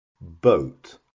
boat